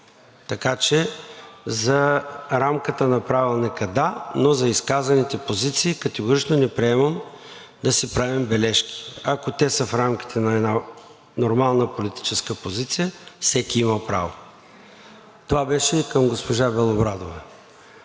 Така че за рамката на Правилника – да, но за изказваните позиции категорично не приемам да си правим бележки. Ако те са в рамките на една нормална политическа позиция, всеки има право. Това беше и към госпожа Белобрадова.